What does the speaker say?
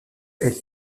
elle